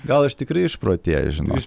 gal aš tikrai išprotėjęs žino